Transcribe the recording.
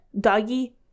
Doggy